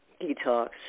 detox